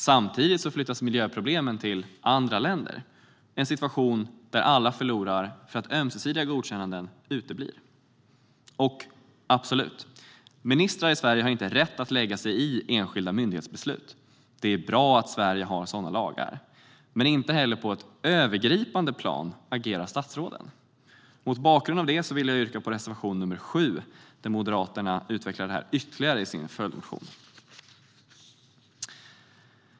Samtidigt flyttas miljöproblemen till andra länder. Det är en situation där alla förlorar eftersom ömsesidiga godkännanden uteblir. Absolut! Ministrar i Sverige har inte rätt att lägga sig i enskilda myndighetsbeslut. Det är bra att Sverige har sådana lagar. Men inte heller på ett övergripande plan agerar statsråden. Mot bakgrund av detta vill jag yrka bifall till reservation nr 7. Moderaterna utvecklar denna fråga ytterligare i en följdmotion.